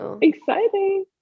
exciting